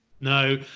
No